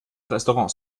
restaurants